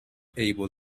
able